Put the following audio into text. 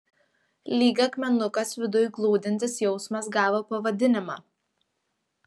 lyg akmenukas viduj glūdintis jausmas gavo pavadinimą